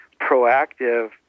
proactive